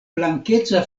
blankeca